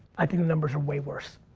i think the numbers are way worse.